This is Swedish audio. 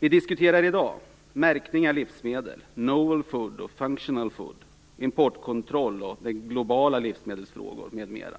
Vi diskuterar i dag märkning av livsmedel, novel foods, functional foods, importkontroll, globala livsmedelsfrågor m.m. Det är